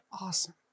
awesome